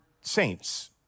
saints